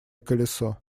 колесо